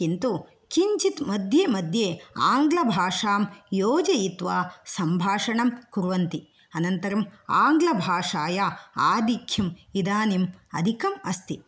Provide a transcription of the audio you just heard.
किन्तु किंचित् मध्ये मध्ये आङ्लभाषां योजयित्वा सम्भाषणं कुर्वन्ति अनन्तरं आङ्लभाषाया आधिक्यम् इदानीम् आधिकम् अस्ति